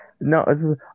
No